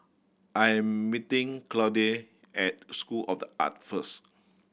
I meeting Claude at School of The Arts first